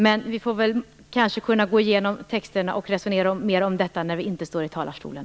Men vi kan kanske gå igenom texterna och resonera mer om detta när vi inte står i talarstolen.